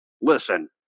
listen